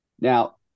Now